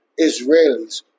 Israelis